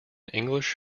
english